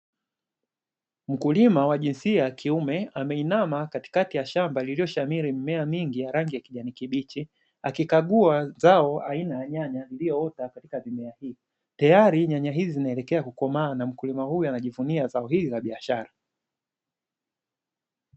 Mkulima wa jinsia ya kiume ameinama katikati ya shamba lilioshamiri mimea mingi ya rangi ya kijani kibichi, akikagua zao aina ya nyanya lililoota katika mimea hii, tayari nyanya hizi zinaelekea kukomaa na mkulima huyu anajivunia zao hili la biashara.